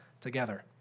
together